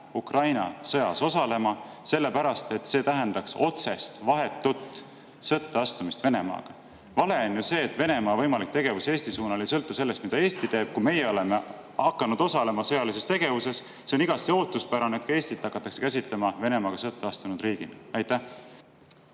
Ukraina sõtta osalema, sellepärast et see tähendaks otsest, vahetut sõtta astumist Venemaaga? Vale on ju see, et Venemaa võimalik tegevus Eesti suunal ei sõltu sellest, mida Eesti teeb, kui meie oleme hakanud osalema sõjalises tegevuses. See on igati ootuspärane, et Eestit hakatakse käsitlema Venemaaga sõtta astunud riigina. Aitäh!